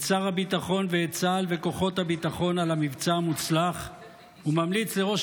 את שר הביטחון ואת צה"ל וכוחות הביטחון על המבצע המוצלח וממליץ לראש